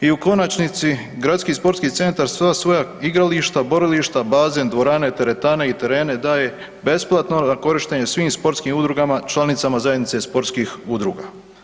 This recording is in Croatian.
I u konačnici, gradski sportski centar sva svoja igrališta, borilišta, bazen, dvorane, teretane i terene daje besplatno na korištenje svim sportskim udrugama članicama zajednice sportskih udruga.